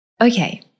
Okay